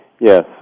Yes